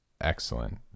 excellent